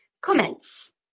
comments